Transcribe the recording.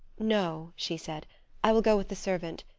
no, she said i will go with the servant.